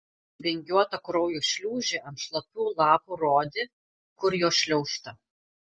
vingiuota kraujo šliūžė ant šlapių lapų rodė kur jo šliaužta